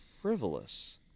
frivolous